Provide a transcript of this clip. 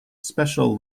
special